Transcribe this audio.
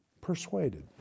persuaded